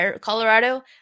colorado